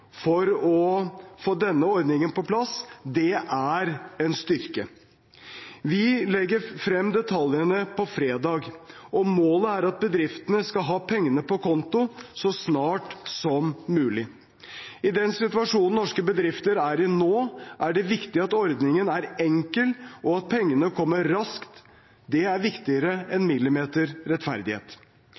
for å få denne ordningen på plass, er en styrke. Vi legger frem detaljene på fredag. Målet er at bedriftene skal ha pengene på konto så snart som mulig. I den situasjonen norske bedrifter er i nå, er det at ordningen er enkel, og at pengene kommer raskt, viktigere enn